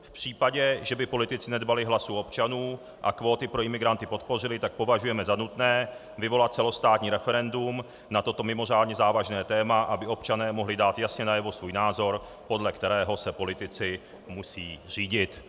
V případě, že by politici nedbali hlasu občanů a kvóty pro imigranty podpořili, tak považujeme na nutné vyvolat celostátní referendum na toto mimořádně závažné téma, aby občané mohli dát jasně najevo svůj názor, podle kterého se politici musí řídit.